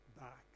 back